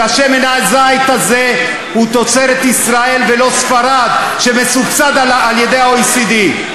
ששמן הזית הזה הוא תוצרת ישראל ולא שמן מספרד שמסובסד על-ידי ה-OECD.